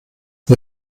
wir